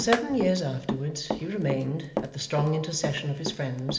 for seven years afterwards he remained, at the strong intercession of his friends,